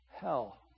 hell